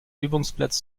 übungsplatz